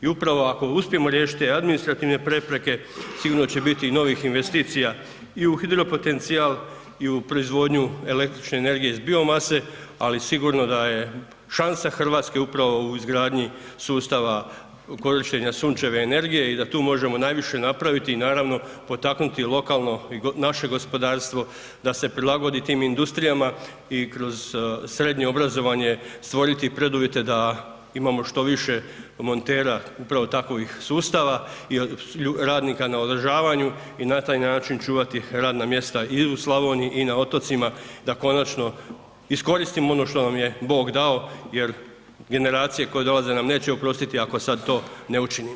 I upravo ako uspijemo riješiti te administrativne prepreke sigurno će biti novih investicija i u hidropotencijal i u proizvodnju električne energije iz biomase, ali sigurno da je šansa Hrvatske upravo u izgradnji sustava korištenja sunčeve energije i da tu možemo najviše napraviti i naravno potaknuti lokalno i naše gospodarstvo da se prilagodi tim industrijama i kroz srednje obrazovanje stvoriti preduvjete da imamo što više montera upravo takvih sustava i radnika na održavanju i na taj način čuvati radna mjesta i u Slavoniji i na otocima da konačno iskoristimo ono što nam je Bog dao jer generacije koje dolaze nam neće oprostiti ako sad to ne učinimo.